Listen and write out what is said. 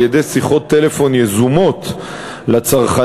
על-ידי שיחות טלפון יזומות לצרכנים,